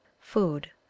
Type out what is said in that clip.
food